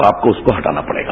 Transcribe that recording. तो आपको उसको हटाना पड़ेगा